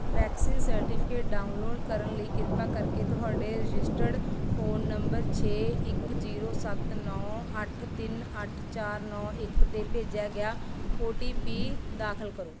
vaccine certificate download ਕਰਨ ਲਈ ਕਿਰਪਾ ਕਰਕੇ ਤੁਹਾਡੇ ਰਜਿਸਟਰਡ ਫ਼ੋਨ ਨੰਬਰ ਛੇ ਇੱਕ ਜ਼ੀਰੋ ਸੱਤ ਨੌਂ ਅੱਠ ਤਿੰਨ ਅੱਠ ਚਾਰ ਨੌਂ ਇੱਕ 'ਤੇ ਭੇਜਿਆ ਗਿਆ ਓ ਟੀ ਪੀ ਦਾਖਲ ਕਰੋ